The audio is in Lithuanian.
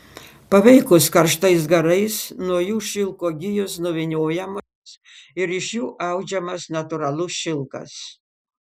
paveikus karštais garais nuo jų šilko gijos nuvyniojamos ir iš jų audžiamas natūralus šilkas